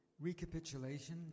recapitulation